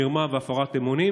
מרמה והפרת אמונים,